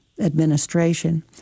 Administration